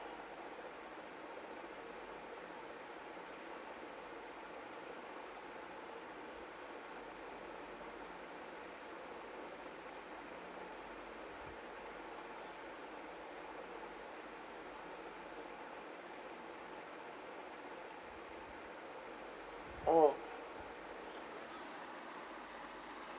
orh